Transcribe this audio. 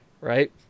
right